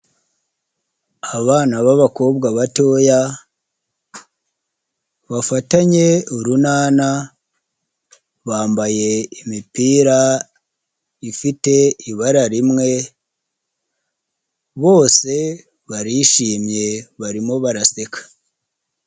Abana babakobwa batoya bafatanye urunana bambaye imipira ifite ibara rimwe bose barishimye barimo baraseka.